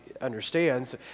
understands